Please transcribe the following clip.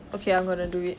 okay I'm going to do it